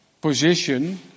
position